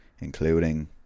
including